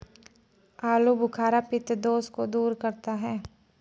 आलूबुखारा पित्त दोष को दूर करता है